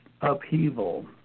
upheaval